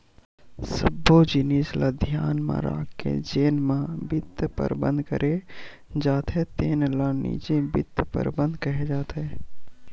सब्बो जिनिस ल धियान म राखके जेन म बित्त परबंध करे जाथे तेन ल निजी बित्त परबंध केहे जाथे